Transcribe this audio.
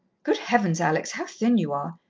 good heavens, alex, how thin you are!